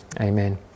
Amen